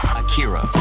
akira